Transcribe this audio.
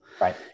Right